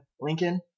Lincoln